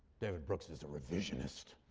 david brooks is a revisionist.